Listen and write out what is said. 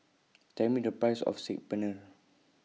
Tell Me The Price of Saag Paneer